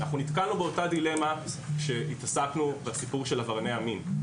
אנחנו נתקלנו באותה דילמה עת עסקנו בסיפור של עברייני המין.